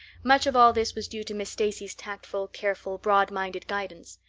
much of all this was due to miss stacy's tactful, careful, broadminded guidance.